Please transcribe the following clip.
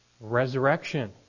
resurrection